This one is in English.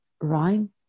rhyme